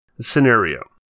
scenario